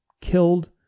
killed